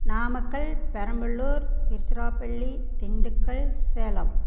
Namakkal Perambalur Tiruchirappalli Dindigul Salem